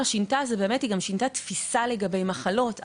שינתה זה שהיא שינתה תפיסה לגבי מחלות.